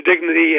dignity